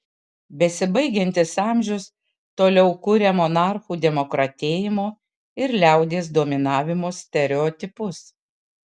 besibaigiantis amžius toliau kuria monarchų demokratėjimo ir liaudies dominavimo stereotipus